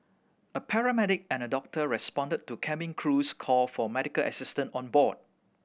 a paramedic and a doctor responded to cabin crew's call for medical assistance on board